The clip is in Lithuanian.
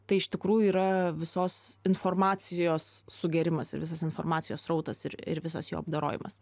tai iš tikrųjų yra visos informacijos sugėrimas ir visas informacijos srautas ir ir visas jo apdorojimas